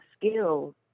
skills